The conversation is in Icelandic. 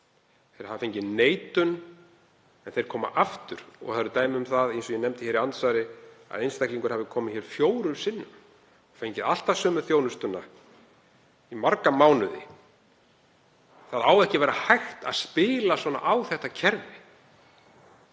Þeir hafa fengið neitun en þeir koma aftur. Það eru dæmi um það, eins og ég nefndi hér í andsvari, að einstaklingur hafi komið hér fjórum sinnum og fengið alltaf sömu þjónustuna í marga mánuði. Það á ekki að vera hægt að spila svona á þetta kerfi.